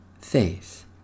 faith